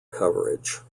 coverage